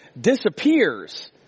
disappears